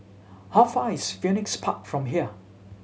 how far is Phoenix Park from here